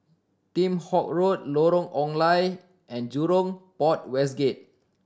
Kheam Hock Road Lorong Ong Lye and Jurong Port West Gate